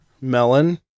melon